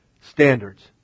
standards